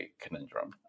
conundrum